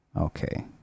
okay